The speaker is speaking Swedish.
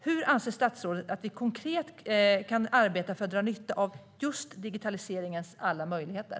Hur anser statsrådet att vi konkret kan arbeta för att dra nytta av digitaliseringens alla möjligheter?